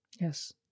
Yes